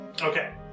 Okay